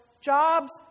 jobs